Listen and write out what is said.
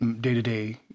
day-to-day